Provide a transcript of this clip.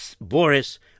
Boris